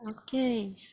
Okay